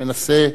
מנסה,